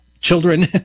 children